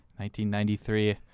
1993